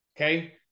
Okay